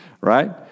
Right